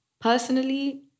Personally